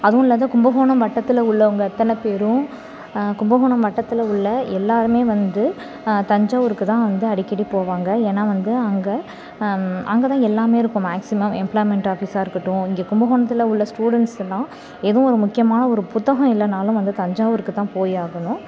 அதுவும் இல்லாத கும்பகோணம் வட்டத்தில் உள்ளவங்க அத்தனை பேரும் கும்பகோணம் வட்டத்தில் உள்ள எல்லாரும் வந்து தஞ்சாவூருக்கு தான் வந்து அடிக்கடி போவாங்க ஏன்னா வந்து அங்கே அங்கே தான் எல்லாம் இருக்கும் மேக்ஸிமம் எம்பிளாய்மெண்ட் ஆஃபீஸாக இருக்கட்டும் இங்கே கும்பகோணத்தில் உள்ள ஸ்டூடண்ட்ஸ் எல்லாம் ஏதோ ஒரு முக்கியமான ஒரு புத்தகம் இல்லைன்னாலும் வந்து தஞ்சாவூருக்கு தான் போயாகணும்